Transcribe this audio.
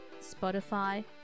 Spotify